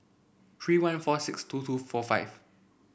three one four six two two four five